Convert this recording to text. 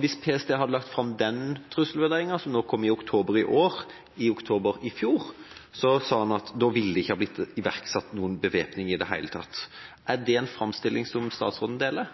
Hvis PST hadde lagt fram den trusselvurderingen som kom i oktober i år, i oktober i fjor, sa han at det ikke ville blitt iverksatt noen bevæpning i det hele tatt. Er det en framstilling som statsråden deler?